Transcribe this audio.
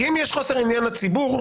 כי אם יש חוסר עניין לציבור,